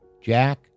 Jack